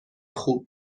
خوب